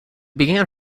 began